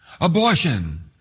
Abortion